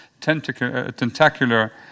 tentacular